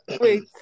wait